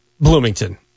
Bloomington